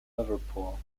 liverpool